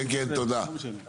כן, תודה.